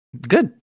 good